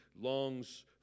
longs